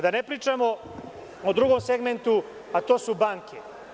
Da ne pričamo o drugom segmentu, a to su banke.